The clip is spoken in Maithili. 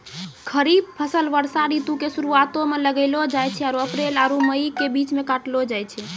खरीफ फसल वर्षा ऋतु के शुरुआते मे लगैलो जाय छै आरु अप्रैल आरु मई के बीच मे काटलो जाय छै